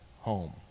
home